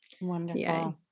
Wonderful